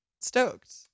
stoked